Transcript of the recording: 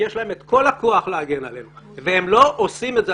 יש להם את כל הכוח להגן עלינו והם לא עושים את זה.